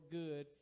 good